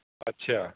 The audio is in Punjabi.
ਅੱਛਾ